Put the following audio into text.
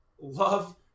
love